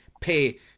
pay